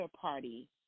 party